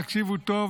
תקשיבו טוב,